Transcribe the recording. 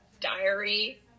diary